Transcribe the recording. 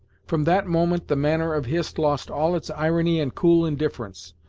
from that moment the manner of hist lost all its irony and cool indifference,